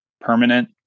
permanent